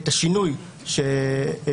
את השינוי שהתרחש,